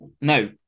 no